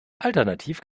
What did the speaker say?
alternativ